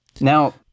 Now